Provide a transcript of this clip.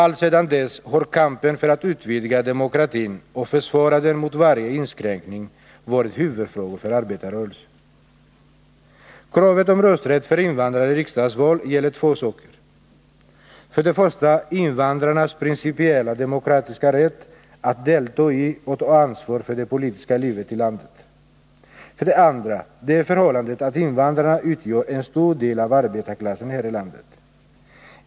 Alltsedan dess har kampen för att utvidga demokratin och försvara den Onsdagen den mot varje inskränkning varit huvudfrågor för arbetarrörelsen. 19 november 1980 Kravet på rösträtt för invandrare i riksdagsval gäller två saker: för det första invandrarnas principiellt demokratiska rätt att delta i och ta ansvar för Vissa grundlagsdet politiska livet i landet, för det andra det förhållandet att invandrarna frågor utgör en stor del av arbetarklassen här i landet.